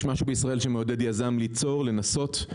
יש משהו בישראל שמעודד יזם ליצור, לנסות,